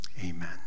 Amen